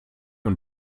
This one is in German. und